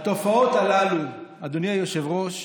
התופעות הללו, אדוני היושב-ראש,